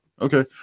okay